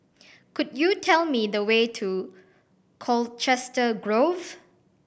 could you tell me the way to Colchester Grove